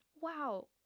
Wow